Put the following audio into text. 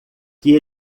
que